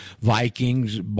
Vikings